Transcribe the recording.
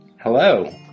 Hello